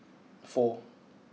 four